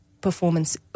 performance